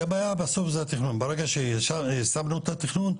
כי הבעיה זה התכנון ברגע שסיימנו את התכנון,